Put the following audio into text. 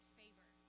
favor